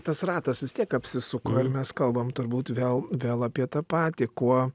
tas ratas vis tiek apsisuka ir mes kalbam turbūt vėl vėl apie tą patį kuo